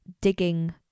digging